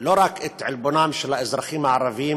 לא רק את עלבונם של האזרחים הערבים,